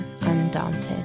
undaunted